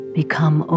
become